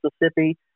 Mississippi